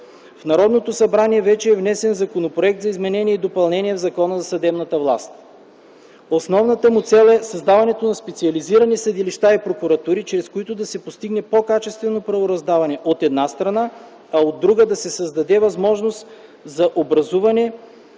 В Народното събрание вече е внесен Законопроект за изменение и допълнение на Закона за съдебната власт. Основната му цел е създаването на специализирани съдилища и прокуратури, чрез които да се постигне по-качествено правораздаване, от една страна, а от друга, да се създаде възможност за образуване,